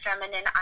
feminine